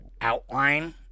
outline